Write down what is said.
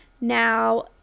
Now